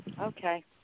Okay